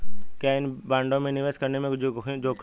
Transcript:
क्या इन बॉन्डों में निवेश करने में कोई जोखिम है?